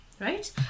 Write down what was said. right